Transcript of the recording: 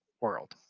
world